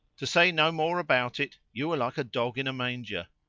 to say no more about it, you are like a dog in a manger.